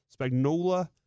Spagnola